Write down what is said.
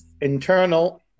internal